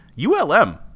ULM